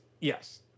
Yes